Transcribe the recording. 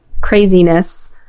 craziness